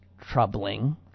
troubling